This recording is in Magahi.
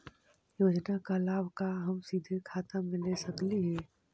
योजना का लाभ का हम सीधे खाता में ले सकली ही?